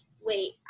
wait